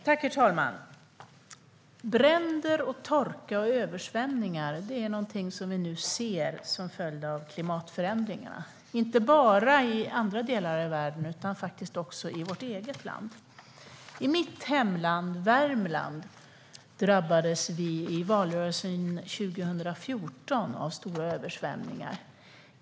Herr talman! Bränder, torka och översvämningar är någonting som vi nu ser som en följd av klimatförändringarna, inte bara i andra delar av världen utan faktiskt också i vårt eget land. I mitt hemlän Värmland drabbades vi i valrörelsen 2014 av stora översvämningar.